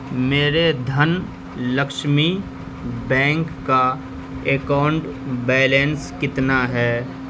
میرے دھن لکشمی بینک کا account balance کتنا ہے